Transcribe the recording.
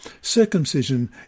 circumcision